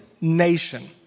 nation